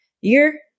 year